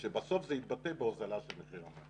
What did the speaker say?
שבסוף זה יתבטא בהוזלה של מחיר המים.